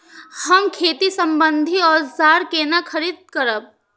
हम खेती सम्बन्धी औजार केना खरीद करब?